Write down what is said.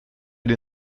nie